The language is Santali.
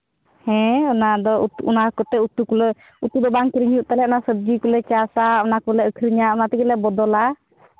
ᱦᱮᱸ ᱚᱱᱟᱫᱚ ᱚᱱᱟ ᱠᱚᱛᱮ ᱩᱛᱩ ᱠᱚᱞᱮ ᱩᱛᱩ ᱫᱚ ᱵᱟᱝ ᱠᱤᱨᱤᱧ ᱦᱩᱭᱩᱜ ᱛᱟᱞᱮᱭᱟ ᱚᱱᱟ ᱥᱚᱵᱽᱡᱤ ᱠᱚᱞᱮ ᱪᱟᱥᱟ ᱚᱱᱟ ᱠᱚᱞᱮ ᱟᱹᱠᱷᱨᱤᱧᱟ ᱚᱱᱟ ᱛᱮᱜᱮᱞᱮ ᱵᱚᱫᱚᱞᱟ